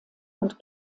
und